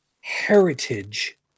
heritage